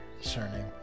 surname